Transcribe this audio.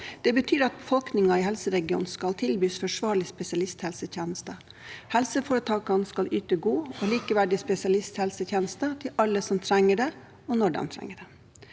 Det betyr at befolkningen i helseregionen skal tilbys forsvarlige spesialisthelsetjenester. Helseforetakene skal yte god og likeverdig spesialisthelsetjeneste til alle som trenger det, og når de trenger det.